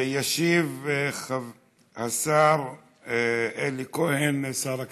ישיב השר אלי כהן, שר הכלכלה.